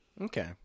Okay